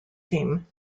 team